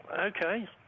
okay